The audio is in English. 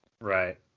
Right